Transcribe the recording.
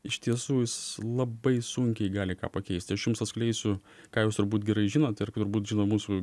iš tiesų jis labai sunkiai gali ką pakeisti aš jums atskleisiu ką jūs turbūt gerai žinot ir turbūt žino mūsų